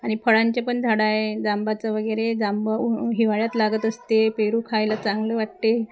आणि फळांचे पण झाडं आहे जांबाचं वगैरे जांब हिवाळ्यात लागत असते पेरू खायला चांगलं वाटते